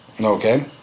Okay